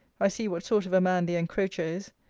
i see what sort of a man the encroacher is.